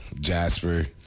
Jasper